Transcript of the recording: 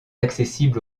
accessible